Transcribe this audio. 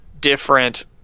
different